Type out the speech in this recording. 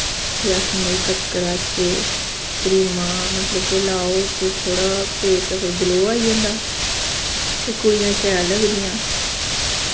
के अस मेकअप कराचै क्रीमां मतलब के लाओ ते थोह्ड़ा फेस पर ग्लो आई जंदा ते कुड़ियां शैल लगदियां